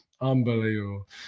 Unbelievable